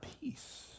peace